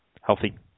healthy